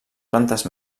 plantes